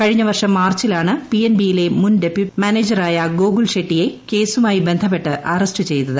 കഴിഞ്ഞ വർഷം മാർച്ചിലാണ് പിഎൻബിയിലെ മുൻ ഡെപ്യൂട്ടി മാനേജറായ ഗോകുൽ ഷെട്ടിയെ കേസുമായി ബന്ധപ്പെട്ട് അറസ്റ്റ് ചെയ്തത്